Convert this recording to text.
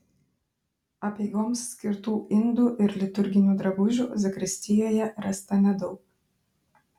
apeigoms skirtų indų ir liturginių drabužių zakristijoje rasta nedaug